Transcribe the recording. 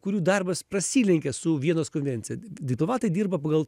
kurių darbas prasilenkia su vienos konvencija diplomatai dirba pagal